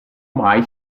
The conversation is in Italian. mai